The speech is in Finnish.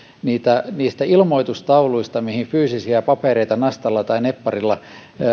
luovutaan niistä ilmoitustauluista mihin fyysisiä papereita nastalla tai nepparilla